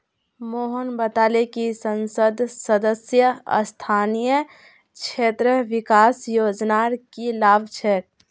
मोहन बताले कि संसद सदस्य स्थानीय क्षेत्र विकास योजनार की लाभ छेक